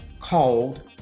called